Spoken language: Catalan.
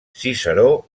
ciceró